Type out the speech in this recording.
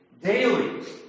Daily